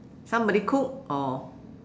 somebody cook or